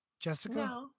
Jessica